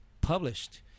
published